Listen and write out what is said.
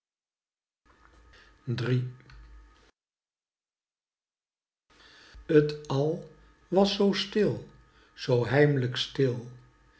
t al was zoo stil zoo heimlijk stil